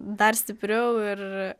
dar stipriau ir